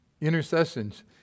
Intercessions